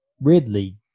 Ridley